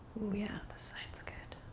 yeah, this side's good.